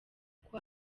kwa